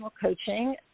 coaching –